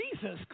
Jesus